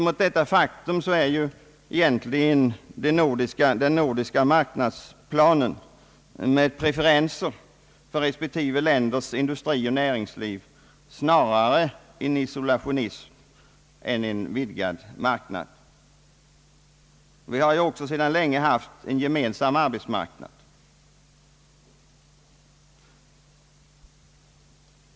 Mot den bakgrunden är egentligen den nordiska marknadsplanen, med preferenser för respektive länders industri och näringsliv, snarare ett uttryck för isolationism än för strävan till en liberaliserad handel. Vi har ju också sedan länge haft en gemensam nordisk arbetsmarknad.